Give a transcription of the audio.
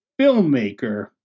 filmmaker